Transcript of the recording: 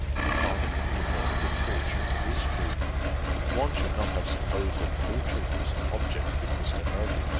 the father can give her a good fortune, it is true but one should not have supposed that fortune was an object with mr. hervey,